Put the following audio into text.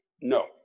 No